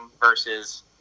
versus